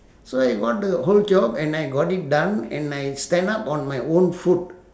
so I got the whole job and I got it done and I stand up on my own foot